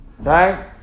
right